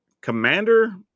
Commander